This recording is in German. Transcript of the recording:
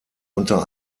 unter